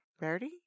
Rarity